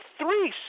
three